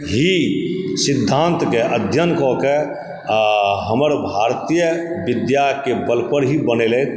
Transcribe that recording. ही सिद्धांतके अध्ययन कऽ कए आ हमर भारतीय विद्याके बल पर ही बनेलथि